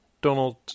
Donald